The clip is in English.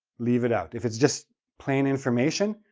leave it out. if it's just plain information,